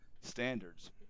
standards